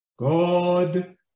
God